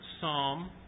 psalm